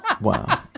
Wow